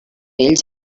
ells